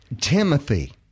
Timothy